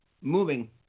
moving